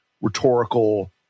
rhetorical